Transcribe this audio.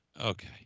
Okay